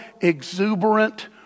exuberant